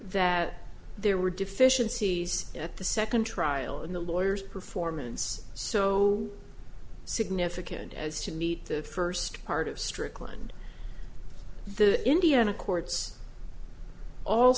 that there were deficiencies at the second trial and the lawyers performance so significant as to meet the first part of strickland the indiana courts all